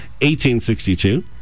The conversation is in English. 1862